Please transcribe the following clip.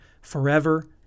forever